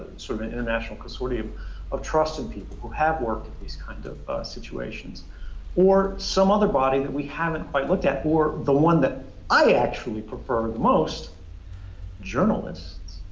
sort of an international consortium of trusted people who have worked with these kinds of situations or some other body that we haven't quite looked at, or the one that i actually prefer the most journalists.